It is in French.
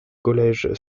collège